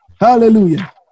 Hallelujah